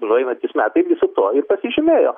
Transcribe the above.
nueinantys metai visu tuo ir pasižymėjo